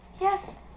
Yes